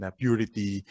purity